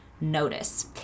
notice